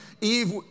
Eve